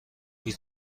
هیچ